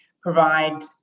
provide